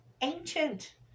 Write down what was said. ancient